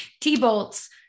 T-Bolts